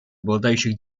обладающих